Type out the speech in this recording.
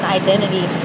identity